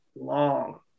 long